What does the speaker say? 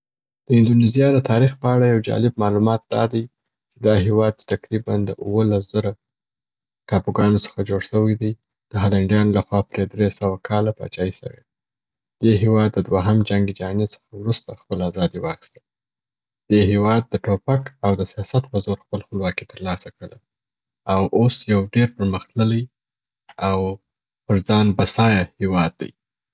د اندونیزیا د تاریخ په اړه یو جالب معلومات دا دی چې دا هیواد چې تقریباً د اولس زره ټاپوګانو څخه جوړ سوی دی، د هالنډیانو لخوا پرې درې سوه کاله پاچاهي سوې ده. دې هیواد د دوهم جنګ جهاني څخه وروسته خپل ازادي واخیستل. دې هیواد د توپک او د سیاست په زور خپل خپلواکي تر لاسه کړل او اوس یو ډير پرمختللی او پر ځان بسایه هیواد دی.